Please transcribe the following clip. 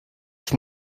ich